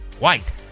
white